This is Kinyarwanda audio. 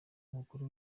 umukuru